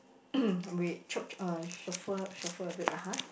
wait chop um shuffle shuffle a bit lah har